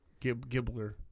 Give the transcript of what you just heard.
Gibbler